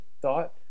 thought